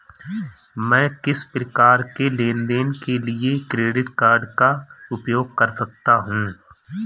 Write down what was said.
मैं किस प्रकार के लेनदेन के लिए क्रेडिट कार्ड का उपयोग कर सकता हूं?